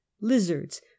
lizards